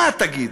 מה תגידו?